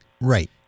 right